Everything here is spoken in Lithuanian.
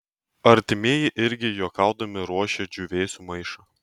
artimieji irgi juokaudami ruošia džiūvėsių maišą